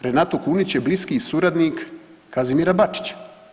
Renato Kunić je bliski suradnik Kazimira Bačića.